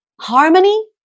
harmony